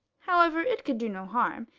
however, it could do no harm,